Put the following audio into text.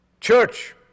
church